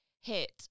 hit